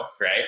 right